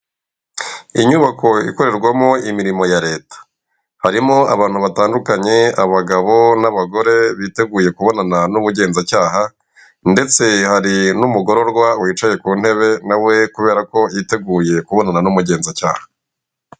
Inyubako ikorerwamo imirimo ya leta harimo abantu batandukanye abagabo n'abagore biteguye kubonana n'ubugenzacyaha ndetse hari n'umugororwa wicaye ku ntebe nawe kubera ko yiteguye kubonana n'umugenzacyaha.